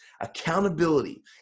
Accountability